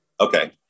Okay